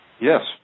Yes